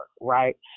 right